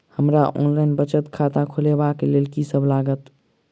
हमरा ऑनलाइन बचत खाता खोलाबै केँ लेल की सब लागत?